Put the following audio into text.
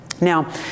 Now